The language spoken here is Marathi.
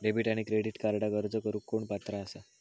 डेबिट आणि क्रेडिट कार्डक अर्ज करुक कोण पात्र आसा?